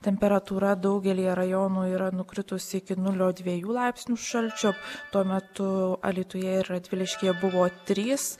temperatūra daugelyje rajonų yra nukritusi iki nulio dviejų laipsnių šalčio tuo metu alytuje ir radviliškyje buvo trys